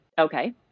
Okay